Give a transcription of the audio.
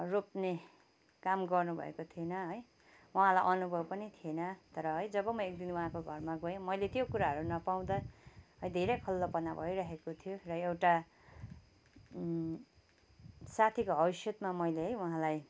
रोप्ने काम गर्नुभएको थिएन है उहाँलाई अनुभव पनि थिएन तर है जब म एकदिन उहाँको घरमा गएँ मैले त्यो कुराहरू नपाउँदा धेरै खल्लोपना भइरहेको थियो र एउटा साथीको हैसियतमा मैले है उहाँलाई